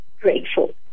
grateful